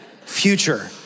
future